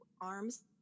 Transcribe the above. arms